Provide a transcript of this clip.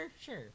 Sure